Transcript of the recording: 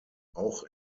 auch